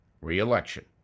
re-election